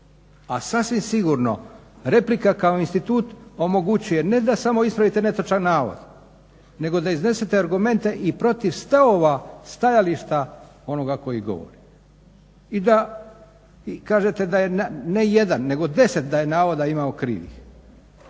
a sasvim sigurno replika kao institut omogućuje, ne da samo ispravite netočan navod, nego da iznesete argumente, i protiv stavova, stajališta onoga koji govori. I da kažete da je ne jedan, nego deset navoda da je imao krivih,